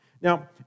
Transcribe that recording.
Now